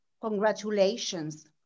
congratulations